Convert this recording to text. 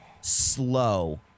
slow